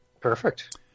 Perfect